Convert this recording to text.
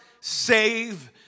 save